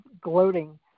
gloating